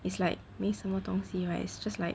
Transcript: it's like 没什么东西 right it's just like